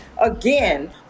again